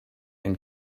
and